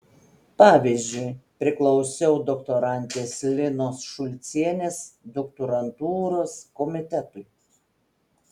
pavyzdžiui priklausiau doktorantės linos šulcienės doktorantūros komitetui